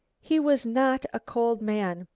he was not a cold man,